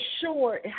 sure